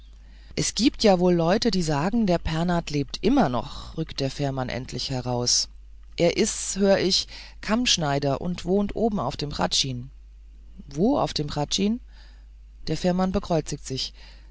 es gibt ja wohl leut die sagen der pernath lebt noch immer rückt der fährmann endlich heraus er is hör ich kammschneider und wohnt auf dem hradschin wo auf dem hradschin der fährmann bekreuzigt sich